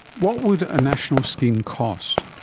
what would a national scheme cost?